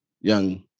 young